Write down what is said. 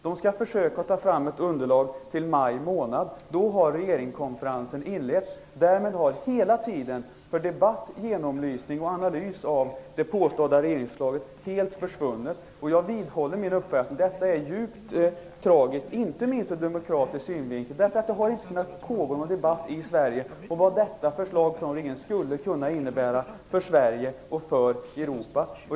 Den skall försöka ta fram ett underlag till maj månad. Då har regeringskonferensen inletts. Därmed har hela tiden för debatt, genomlysning och analys av det påstådda regeringsförslaget helt försvunnit. Jag vidhåller min uppfattning: Detta är djupt tragiskt, inte minst ur demokratisk synvinkel, därför att det inte har kunnat pågå någon debatt i Sverige om vad detta förslag från regeringen skulle kunna innebära för Sverige och för Europa.